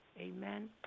Amen